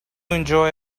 enjoy